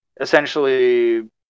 essentially